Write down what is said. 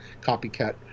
copycat